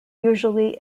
usually